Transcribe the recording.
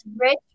rich